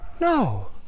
No